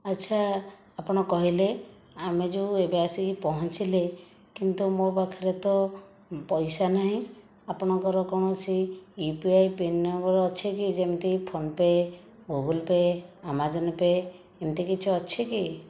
ଆଚ୍ଛା ଆପଣ କହିଲେ ଆମେ ଯେଉଁ ଏବେ ଆସିକି ପହଞ୍ଚିଲେ କିନ୍ତୁ ମୋ ପାଖରେ ତ ପଇସା ନାହିଁ ଆପଣଙ୍କର କୌଣସି ୟୁପିଆଇ ପିନ୍ ନମ୍ବର ଅଛି କି ଯେମିତି PhonePe' Google pay' Amazon pay' ଏମିତି କିଛି ଅଛି କି